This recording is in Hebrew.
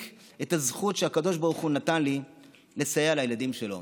את הזכות שהקדוש ברוך הוא נתן לי לסייע לילדים שלו.